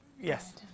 Yes